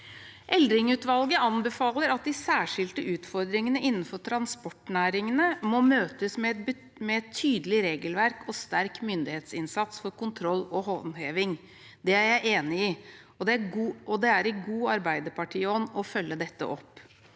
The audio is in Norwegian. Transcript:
Eldring-utvalget anbefaler at de særskilte utfordringene innenfor transportnæringene må møtes med et tydelig regelverk og sterk myndighetsinnsats for kontroll og håndheving. Det er jeg enig i, og det er i god Arbeiderparti-ånd å følge opp